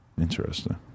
Interesting